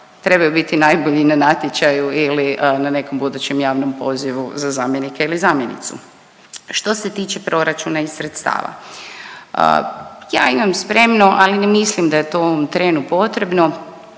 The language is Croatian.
Trebaju biti najbolji na natječaju ili na nekom budućem javnom pozivu za zamjenike ili zamjenice. Što se tiče proračuna i sredstava. Ja imam spremno, ali ne mislim da je to u ovom trenu potrebno,